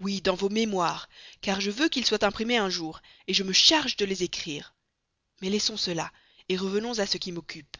oui dans vos mémoires car je veux qu'ils soient imprimés un jour je me charge de les écrire mais laissons cela et revenons à ce qui m'occupe